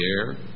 air